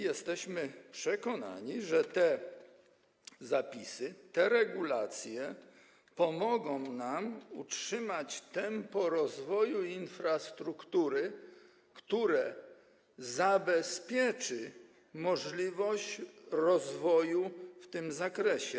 Jesteśmy przekonani, że te zapisy, te regulacje pomogą nam utrzymać tempo budowy infrastruktury, które zabezpieczy możliwość rozwoju w tym zakresie.